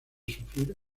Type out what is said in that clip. sufrir